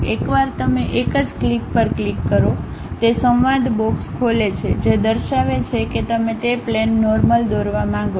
એકવાર તમે એક જ ક્લિક પર ક્લિક કરો તે સંવાદ બોક્સ ખોલે છે જે દર્શાવે છે કે તમે તે પ્લેન નોર્મલ દોરવા માંગો છો